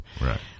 right